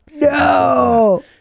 no